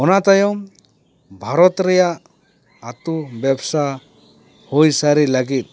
ᱚᱱᱟ ᱛᱟᱭᱚᱢ ᱵᱷᱟᱨᱚᱛ ᱨᱮᱭᱟᱜ ᱟᱛᱳ ᱵᱮᱵᱽᱥᱟ ᱦᱩᱭ ᱥᱟᱹᱨᱤ ᱞᱟᱹᱜᱤᱫ